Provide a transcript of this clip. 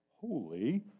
holy